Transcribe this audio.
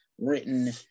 written